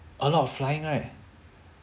a lot of flying right